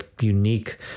unique